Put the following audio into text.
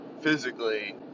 physically